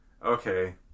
Okay